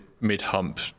mid-hump